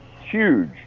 Huge